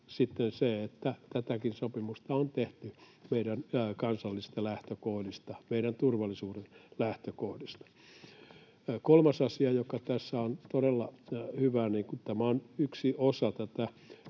että tätäkin sopimusta on tehty meidän kansallisista lähtökohdista, meidän turvallisuuden lähtökohdista. Kolmas asia, joka tässä on todella hyvä: Tämä on yksi osa tätä